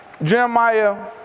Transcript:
Jeremiah